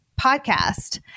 podcast